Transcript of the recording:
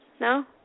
No